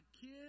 kid